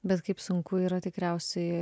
bet kaip sunku yra tikriausiai